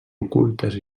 ocultes